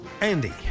Andy